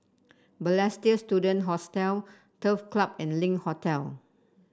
Balestier Student Hostel Turf Club and Link Hotel